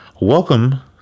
welcome